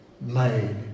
made